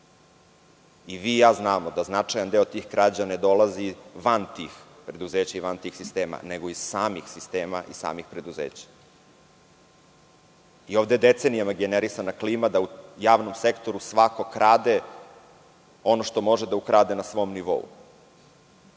Vi i ja znamo da je značajan deo tih krađa ne dolazi van tih preduzeća i van tih sistema nego iz samih sistema i iz samih preduzeća. Ovde decenijama generisana klima da u javnom sektoru svako krade ono što može da ukrade na svom nivou.